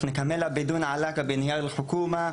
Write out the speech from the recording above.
ואנחנו נשלים אותה ללא קשר לסיום הממשלה,